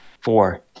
four